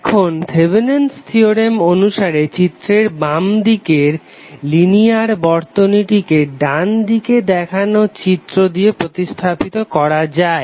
এখন Thevenin's theorem Thevenin's theorem অনুসারে চিত্রের বামদিকের লিনিয়ার বর্তনীটিকে ডান দিকে দেখানো চিত্র দিয়ে প্রতিস্থাপিত করা যায়